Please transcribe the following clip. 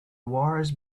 wars